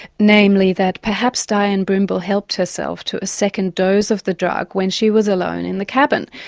namely that perhaps dianne brimble helped herself to a second dose of the drug when she was alone in the cabin.